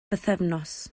bythefnos